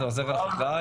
זה עוזר לחקלאי,